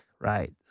right